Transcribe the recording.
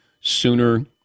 sooner